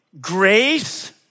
Grace